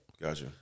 Gotcha